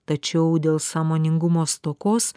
tačiau dėl sąmoningumo stokos